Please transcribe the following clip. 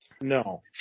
no